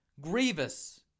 Grievous